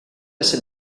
assez